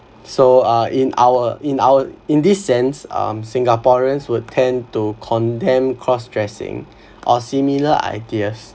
so uh in our in our in this sense um singaporeans would tend to condemn cross-dressing or similar ideas